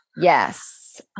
Yes